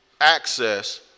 access